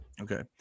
Okay